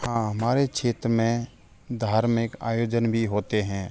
हाँ हमारे क्षेत्र में धार्मिक आयोजन भी होते हैं